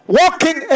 walking